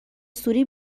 سوری